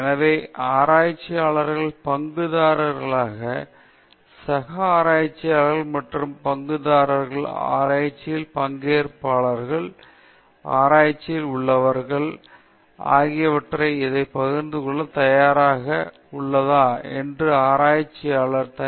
எனவே ஆய்வாளர்கள் பங்குதாரர்கள் சக ஆராய்ச்சியாளர்கள் மற்ற பங்குதாரர்கள் ஆராய்ச்சியில் பங்கேற்பாளர்கள் ஆராய்ச்சியில் உள்ளவர்கள் அந்த ஆராய்ச்சியை நடத்துவதில் அவர்களுக்கு உதவி செய்யும் மக்களைப் பகிர்ந்து கொள்வது ஆகியவற்றுடன் இதை பகிர்ந்து கொள்ள தயாராக உள்ளதா என ஆராய்ச்சியாளர்கள் தயாராக உள்ளனர்